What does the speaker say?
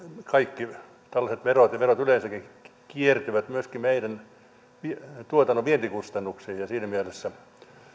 kaikki tällaiset verot ja verot yleensäkin kiertyvät myöskin meidän tuotantomme vientikustannuksiin ja siinä mielessä